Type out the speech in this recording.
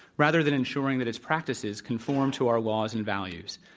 rather than ensuring that its practices conform to our laws and values.